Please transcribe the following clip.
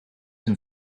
een